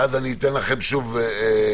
ואז אני אתן לכם שוב לדבר,